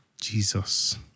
Jesus